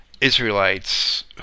Israelites